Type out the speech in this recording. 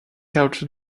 out